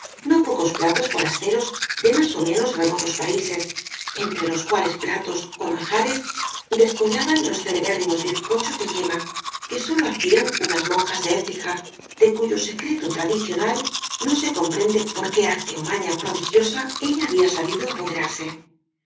no pocos platos fo rasteros de más ó menos remotos países entre los cuales platos ó manjares descollaban los celebérri mos bizcochos de yema quesólo hacían unas monjas de écija de cuyo secreto tradicional no se com prende por qué arte ó maña prodigiosa ella había sabido apoderarse